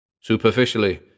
Superficially